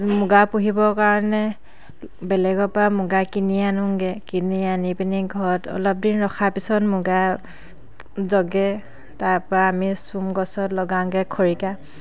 মুগা পুহিবৰ কাৰণে বেলেগৰ পৰা মুগা কিনি আনোগৈ কিনি আনি পিনি ঘৰত অলপ দিন ৰখাৰ পিছত মুগা জগে তাৰ পৰা আমি চোম গছত লগাওঁগৈ খৰিকা